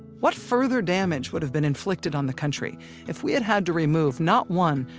what further damage would have been inflicted on the country if we had had to remove not one,